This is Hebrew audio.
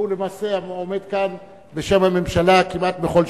והוא למעשה עומד כאן בשם הממשלה כמעט בכל